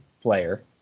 player